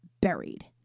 Buried